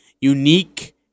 unique